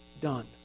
done